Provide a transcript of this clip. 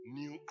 new